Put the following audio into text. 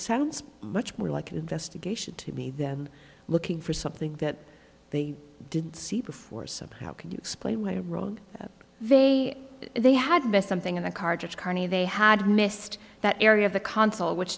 sounds much more like an investigation to me than looking for something that they didn't see before so how can you explain why the road they they had missed something in the cartridge karni they had missed that area of the consul which